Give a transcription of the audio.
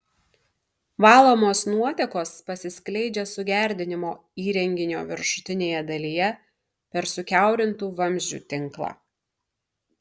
valomos nuotekos pasiskleidžia sugerdinimo įrenginio viršutinėje dalyje per sukiaurintų vamzdžių tinklą